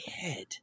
head